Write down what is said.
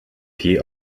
tee